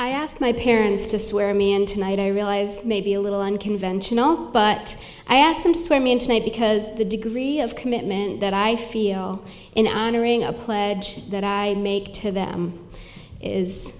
i ask my parents to swear me and tonight i realize maybe a little unconventional but i ask them to swear me in tonight because the degree of commitment that i feel in honoring a pledge that i make to them is